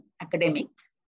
academics